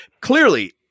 clearly